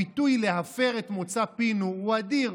הפיתוי להפר את מוצא פינו הוא אדיר,